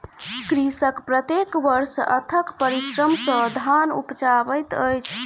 कृषक प्रत्येक वर्ष अथक परिश्रम सॅ धान उपजाबैत अछि